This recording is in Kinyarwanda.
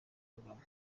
kagame